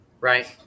Right